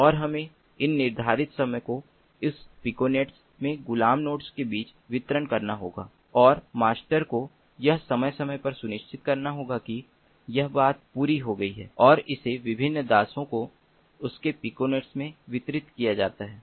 और हमें उन निर्धारित समय को उस पिकोनेट में गुलाम नोड्स के बीच वितरित करना होगा और मास्टर को यह समय समय पर सुनिश्चित करना होगा कि यह बात पूरी हो गई और इसे विभिन्न गुलाम को उसके पिकोनेट में वितरित किया जाता है